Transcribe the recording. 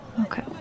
Okay